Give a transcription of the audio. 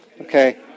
Okay